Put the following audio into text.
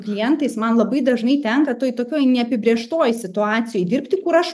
klientais man labai dažnai tenka toj tokioj neapibrėžtoj situacijoj dirbti kur aš